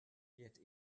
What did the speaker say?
yet